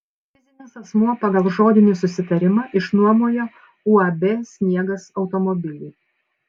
fizinis asmuo pagal žodinį susitarimą išnuomojo uab sniegas automobilį